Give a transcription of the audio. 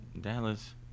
Dallas